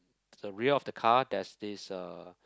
the rear of the car there's this uh